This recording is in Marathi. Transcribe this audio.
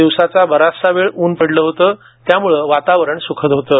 दिवसाचा बराच वेळ उन्हं पडलं होतं त्यामुळे वातावरण सुखद होतं